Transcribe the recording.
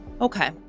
Okay